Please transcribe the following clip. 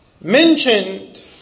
mentioned